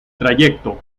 trayecto